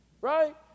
right